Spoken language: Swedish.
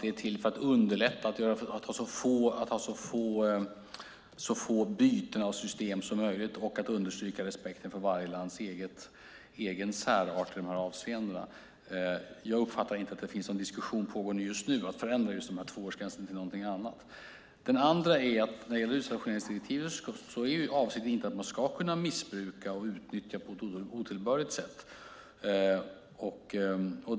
Den är till för att underlätta, att ge så få byten av system som möjligt och att understryka respekten för varje lands egen särart i de här avseendena. Jag uppfattar inte att det pågår någon diskussion just nu om att förändra tvåårsgränsen till någonting annat. När det gäller utstationeringsdirektivet är avsikten inte att man ska kunna missbruka och utnyttja någon på ett otillbörligt sätt.